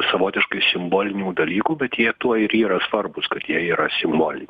savotiškai simbolinių dalykų bet jie tuo ir yra svarbūs kad jie yra simboliniai